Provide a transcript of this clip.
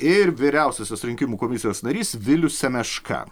ir vyriausiosios rinkimų komisijos narys vilius semeška